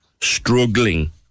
struggling